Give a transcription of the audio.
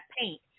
paint